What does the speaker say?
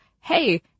hey